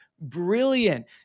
brilliant